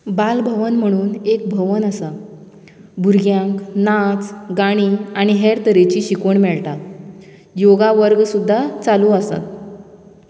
बाल भवन म्हणून एक भवन आसा भुरग्यांक नाच गाणी आनी हेर तरेची शिकवण मेळटात योगा वर्ग सुद्दां चालू आसात